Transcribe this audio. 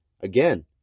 Again